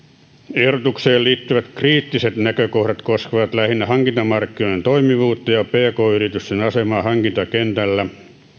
ehdotukseen liittyvät kriittiset näkökohdat koskevat lähinnä hankintamarkkinoiden toimivuutta ja pk yritysten asemaa hankintakentässä